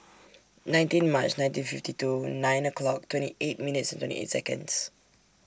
nineteen Mar nineteen fifty two nine o'clock twenty eight minutes twenty eight Seconds